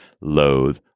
loathe